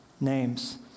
names